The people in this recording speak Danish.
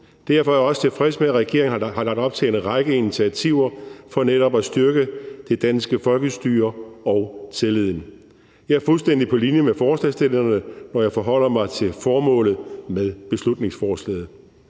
derfor er jeg også tilfreds med, at regeringen har lagt op til en række initiativer for netop at styrke det danske folkestyre og tilliden. Jeg er fuldstændig på linje med forslagsstillerne, og jeg forholder mig til formålet med beslutningsforslaget.